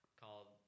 called